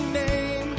name